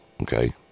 Okay